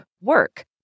work